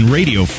Radio